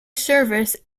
service